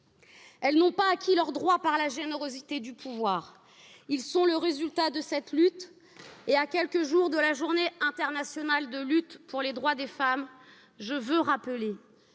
Elles n'ont pas acquis leurs droits par la générosité du pouvoir, ils sont le résultat de cette lutte et, à quelques jours de la Journée internationale de lutte pour les droits des femmes, je veux rappeler